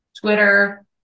Twitter